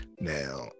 Now